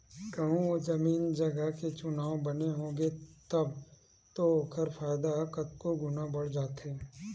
कहूँ ओ जमीन जगा के चुनाव बने होगे तब तो ओखर फायदा ह कतको गुना बड़ जाथे